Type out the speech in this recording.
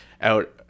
out